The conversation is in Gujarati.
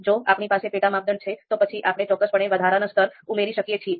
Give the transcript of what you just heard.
જો આપણી પાસે પેટા માપદંડ છે તો પછી આપણે ચોક્કસપણે વધારાના સ્તર ઉમેરી શકીએ છીએ